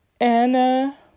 Anna